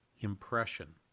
impression